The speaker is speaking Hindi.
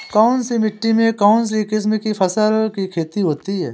कौनसी मिट्टी में कौनसी किस्म की फसल की खेती होती है?